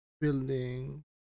Building